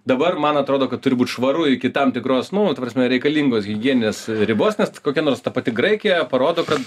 dabar man atrodo kad turi būt švaru iki tam tikros nu ta prasme reikalingos higieninės ribos nes kokia nors ta pati graikija parodo kad